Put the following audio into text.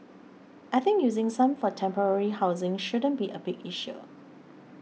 I think using some for temporary housing shouldn't be a big issue